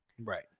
right